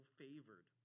favored